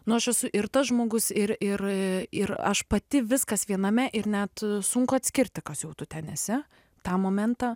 nu aš esu ir tas žmogus ir ir ir aš pati viskas viename ir net sunku atskirti kas jau tu ten esi tą momentą